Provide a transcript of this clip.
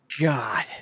god